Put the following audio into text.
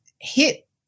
hit